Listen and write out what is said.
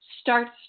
starts